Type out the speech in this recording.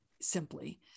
simply